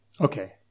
Okay